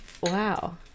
Wow